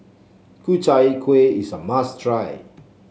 Ku Chai Kueh is a must try